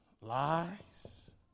Lies